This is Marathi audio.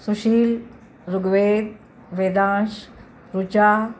सुशील ऋग्वेद वेदांश ऋचा